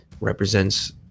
represents